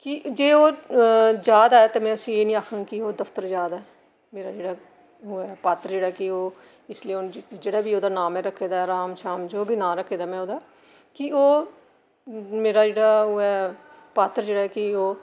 की जे ओह् जा दा ऐ ते में उसी एह् नेई आक्खङ कि ओह् दफ्तर जा दा ऐ मेरे जेह्ड़ा ओह् ऐ पात्र जेह्ड़ा कि ओह् इसलै जेह्ड़ा बी ओह्दा नां में रक्खे दा ऐ राम शाम जो बी नां रक्खे दा ऐ में ओह्दा कि ओह् मेरे जेह्ड़ा ओह् ऐ पात्र जेह्ड़ा कि ओह्